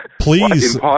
please